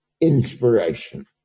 inspiration